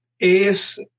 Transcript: es